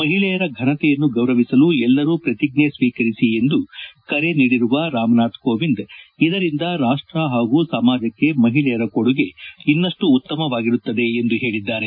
ಮಹಿಳೆಯರ ಫನತೆಯನ್ನು ಗೌರವಿಸಲು ಎಲ್ಲರೂ ಪ್ರತಿಜ್ಞೆ ಸ್ತೀಕರಿಸಿ ಎಂದು ಕರೆ ನೀಡಿರುವ ರಾಮನಾಥ್ ಕೋವಿಂದ್ ಇದರಿಂದ ರಾಷ್ಟ ಹಾಗೂ ಸಮಾಜಕ್ಕೆ ಮಹಿಳೆಯರ ಕೊಡುಗೆ ಇನ್ನಷ್ಟು ಉತ್ತಮವಾಗಿರುತ್ತದೆ ಎಂದು ಹೇಳಿದ್ದಾರೆ